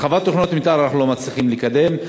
הרחבת תוכנית מתאר אנחנו לא מצליחים לקדם.